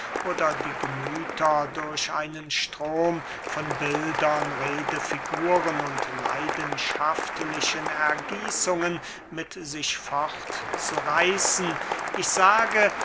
oder die gemüther durch einen strom von bildern redefiguren und leidenschaftlichen ergießungen mit sich fortzureißen ich sage